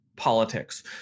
Politics